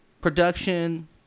production